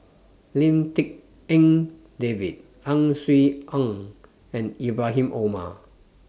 Lim Tik En David Ang Swee Aun and Ibrahim Omar